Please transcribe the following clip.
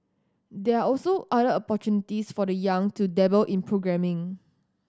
there are also other opportunities for the young to dabble in programming